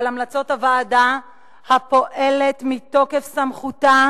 על המלצות הוועדה הפועלת מתוקף סמכותה